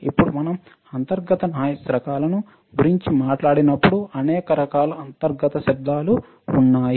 ఇప్పుడు మనం అంతర్గత నాయిస్ రకాలను గురించి మాట్లాడినప్పుడు అనేక రకాల అంతర్గత శబ్దలు ఉన్నాయి